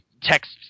Text